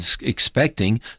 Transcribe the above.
expecting